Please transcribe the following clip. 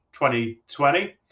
2020